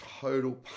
total